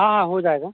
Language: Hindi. हाँ हाँ हो जाएगा